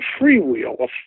freewheel